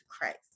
Christ